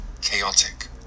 chaotic